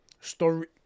story